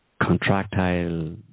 contractile